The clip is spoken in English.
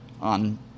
on